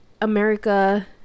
America